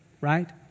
right